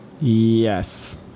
Yes